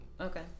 Okay